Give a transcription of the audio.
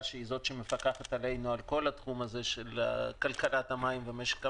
שהיא זאת שמפקחת עלינו בכל התחום של כלכלת המים ומשק המים.